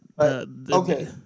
okay